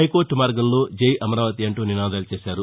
హైకోర్లు మార్గంలో జై అమరావతి అంటూ నినాదాలు చేశారు